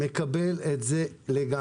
אני מקבל את זה לגמרי.